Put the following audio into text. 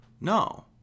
No